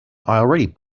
already